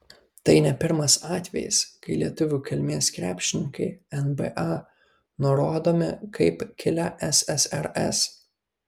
tai ne pirmas atvejis kai lietuvių kilmės krepšininkai nba nurodomi kaip kilę ssrs